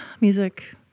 music